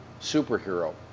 superhero